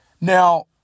Now